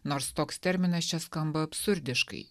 nors toks terminas čia skamba absurdiškai